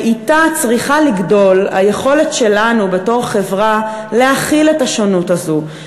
ואתן צריכה לגדול היכולת שלנו בתור חברה להכיל את השונות הזו,